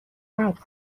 عکس